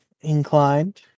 inclined